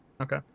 Okay